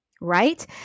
right